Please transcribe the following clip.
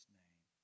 name